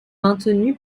maintenu